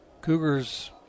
Cougars